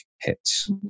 hits